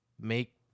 make